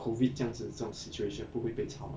COVID 这样子这种 situation 不会被炒